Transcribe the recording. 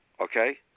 okay